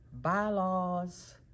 bylaws